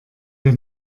der